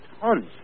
tons